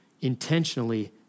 intentionally